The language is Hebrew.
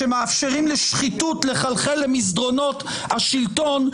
שמאפשרים לשחיתות לחלחל למסדרונות השלטון,